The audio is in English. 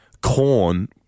corn